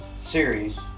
series